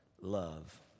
love